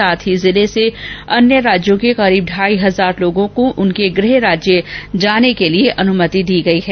साथ ही जिले से अन्य राज्यों के करीब ढाई हजार लोगों को उनके गृह राज्य जाने के लिए अनुमति दी गई है